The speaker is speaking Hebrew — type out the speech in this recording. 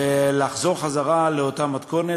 לחזור לאותה מתכונת.